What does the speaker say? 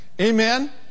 Amen